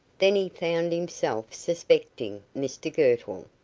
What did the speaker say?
then he found himself suspecting mr girtle,